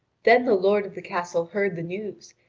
then the lord of the castle heard the news,